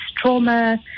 trauma